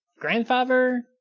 Grandfather